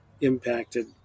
impacted